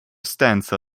stanza